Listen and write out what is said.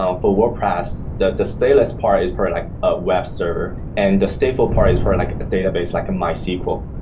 ah for wordpress, the the stateless part is probably like a web server and the stateful part is probably like a database like a mysql.